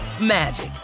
magic